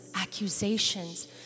accusations